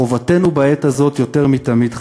חובתנו בעת הזאת יותר מתמיד,